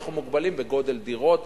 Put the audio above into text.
אנחנו מוגבלים בגודל דירות,